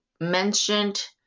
mentioned